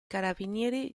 carabinieri